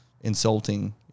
insulting